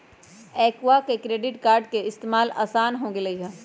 एप्पवा से credit card के इस्तेमाल असान हो गेलई ह